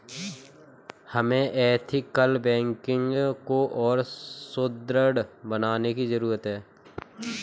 हमें ethical banking को और सुदृढ़ बनाने की जरूरत है